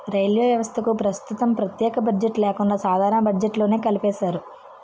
railway వ్యవస్థకు ప్రస్తుతం ప్రత్యేక బడ్జెట్ లేకుండా సాధారణ బడ్జెట్లోనే కలిపేశారు